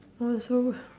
oh so